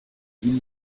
ihnen